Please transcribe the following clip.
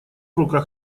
руках